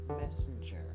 messenger